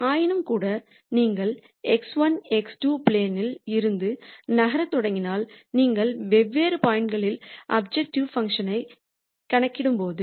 ஆயினும்கூட நீங்கள் x1 x2 plane ல் இருந்து நகரத் தொடங்கினால் நீங்கள் வெவ்வேறு பாயிண்ட் களில் அப்ஜெக்டிவ் பங்க்ஷன் ஐ கணக்கிடும்போது